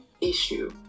issue